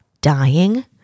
dying